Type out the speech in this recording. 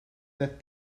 that